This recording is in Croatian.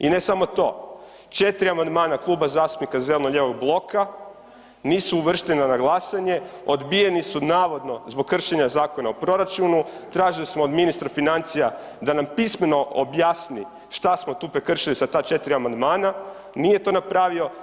I ne samo to, 4 amandmana Kluba zastupnika zeleno-lijevog bloka nisu uvrštena na glasanje, odbijeni su navodno zbog kršenja Zakona o proračunu, tražili smo od ministra financija da nam pismeno objasni šta smo tu prekršili sa ta 4 amandmana, nije to napravio.